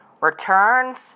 returns